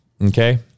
Okay